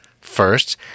First